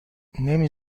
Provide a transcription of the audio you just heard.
نمی